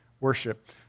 worship